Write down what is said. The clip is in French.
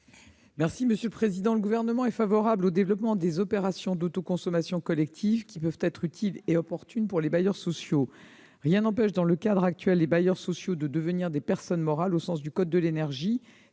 du Gouvernement ? Le Gouvernement est favorable au développement des opérations d'autoconsommation collective, qui peuvent être utiles et opportunes pour les bailleurs sociaux. Actuellement, rien n'empêche les bailleurs sociaux de devenir des personnes morales au sens du code de l'énergie